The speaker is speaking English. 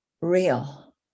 real